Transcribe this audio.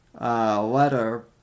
letter